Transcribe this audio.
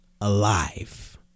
alive